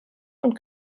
und